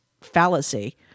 fallacy